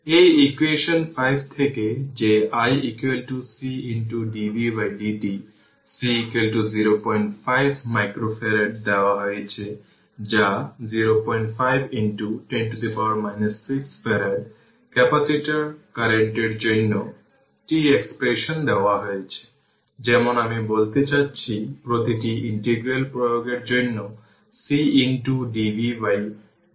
এটি ইকুয়েশন 5 থেকে যে i C dvdt C 05 microfarad দেওয়া হয়েছে যা 05 10 6 ফ্যারাড ক্যাপাসিটর কারেন্টের জন্য t এক্সপ্রেশন দেওয়া হয়েছে যেমন আমি বলতে চাছি প্রতিটি ইন্টিগ্রাল প্রয়োগের জন্য C dvdt